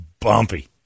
bumpy